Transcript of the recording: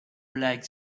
like